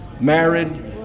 married